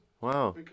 Wow